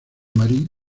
marie